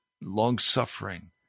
long-suffering